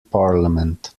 parliament